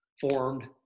formed